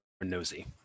nosy